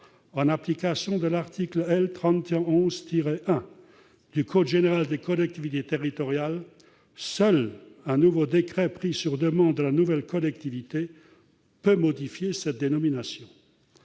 en application de l'article L. 3111-1 du code général des collectivités territoriales, seul un nouveau décret pris sur demande de la nouvelle collectivité peut modifier cette dénomination.